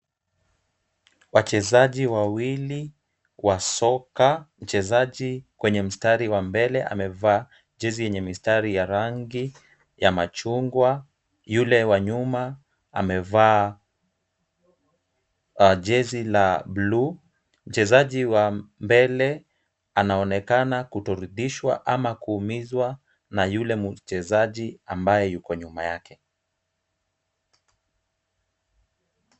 Wachezaji wawili wa soka. Mchezaji kwenye mstari wa mbele amevaa jezi yenye mistari ya rangi ya machungwa. Yule wa nyuma, amevaa jezi la bluu. Mchezaji wa mbele anaonekana kutoridhishwa ama kuumizwa na yule mchezaji ambaye yuko nyuma yake.